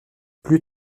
plus